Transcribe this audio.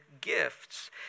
gifts